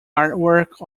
artwork